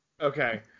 Okay